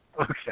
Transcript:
Okay